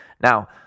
Now